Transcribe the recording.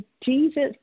Jesus